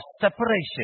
Separation